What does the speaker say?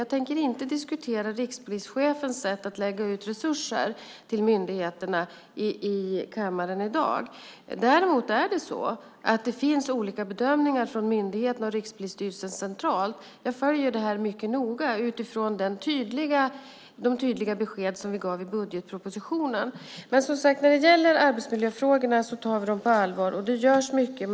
Jag tänker inte diskutera rikspolischefens sätt att lägga ut resurser till myndigheter i kammaren i dag. Däremot är det så att det finns olika bedömningar från myndigheterna och Rikspolisstyrelsen centralt. Jag följer det här mycket noga utifrån de tydliga besked som vi gav i budgetpropositionen. Men som sagt: Vi tar arbetsmiljöfrågorna på allvar, och det görs mycket.